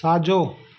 साॼो